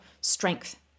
strength